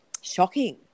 shocking